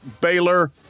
baylor